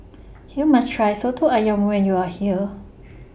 YOU must Try Soto Ayam when YOU Are here